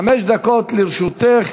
חמש דקות לרשותך.